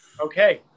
Okay